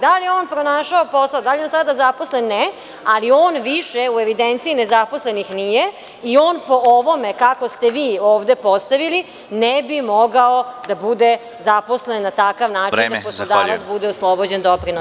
Da li je on pronašao posao, da li je sada zaposlen – ne, ali on više u evidenciji nezaposlenih nije i on po ovome kako ste vi ovde postavili ne bi mogao da bude zaposlen i na takav način poslodavac bude oslobođen doprinosa.